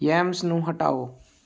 yams ਨੂੰ ਹਟਾਓ